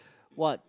what